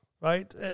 Right